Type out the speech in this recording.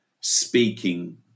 speaking